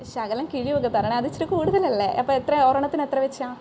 ശകലം കിഴിവൊക്കെ തരണേ അതിച്ചിരി കൂടുതലല്ലേ അപ്പം എത്രയാ ഒരെണ്ണത്തിനെത്ര വെച്ചാണ്